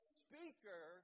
speaker